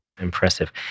impressive